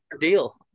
deal